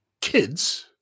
Kids